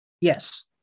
yes